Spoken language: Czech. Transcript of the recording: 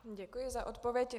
Děkuji za odpověď.